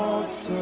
those